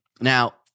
Now